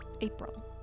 april